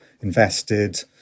invested